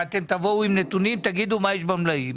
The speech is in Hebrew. שתבואו עם נתונים ותאמרו מה יש במלאים.